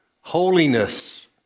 holiness